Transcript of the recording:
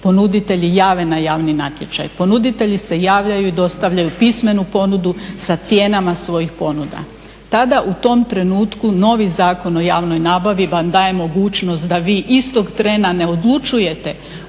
ponuditelji jave na javni natječaj. Ponuditelji se javljaju i dostavljaju pismenu ponudu sa cijenama svojih ponuda. Tada u tom trenutku novi Zakon o javnoj nabavi vam daje mogućnost da vi istog trena ne odlučujete